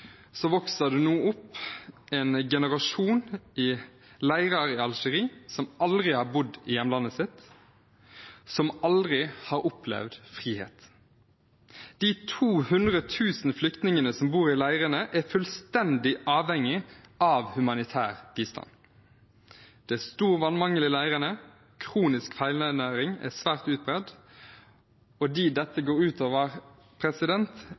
vokser det nå opp en generasjon i flyktningleirer i Algerie som aldri har bodd i hjemlandet sitt, som aldri har opplevd frihet. De 200 000 flyktningene som bor i leirene, er fullstendig avhengig av humanitær bistand. Det er stor vannmangel i leirene, kronisk feilernæring er svært utbredt, og dem dette